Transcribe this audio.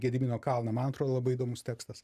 gedimino kalną man atrodo labai įdomus tekstas